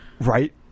Right